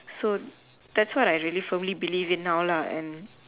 so that's what I really firmly believe it now lah and